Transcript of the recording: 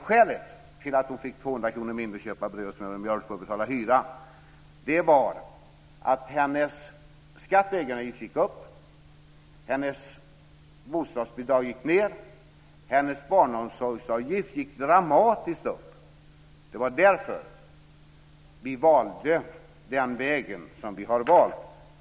Skälet till att hon fick 200 kr mindre att köpa bröd, smör och mjölk för och betala hyra med var nämligen att hennes skatt och egenavgift gick upp, hennes bostadsbidrag gick ned och hennes barnomsorgsavgift gick upp dramatiskt. Det var därför vi valde den väg som vi har valt.